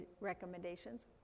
recommendations